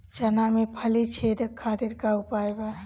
चना में फली छेदक खातिर का उपाय बा?